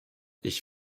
ich